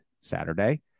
Saturday